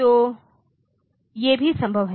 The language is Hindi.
तो ये भी संभव हैं